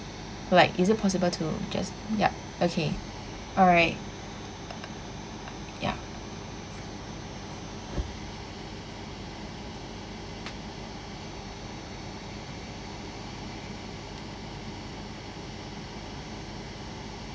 like is it possible to just yup okay alright ya